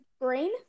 green